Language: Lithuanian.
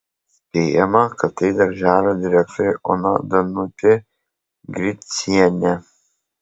spėjama kad tai darželio direktorė ona danutė gricienė